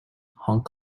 hong